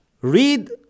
Read